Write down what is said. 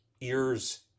ears